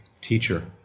teacher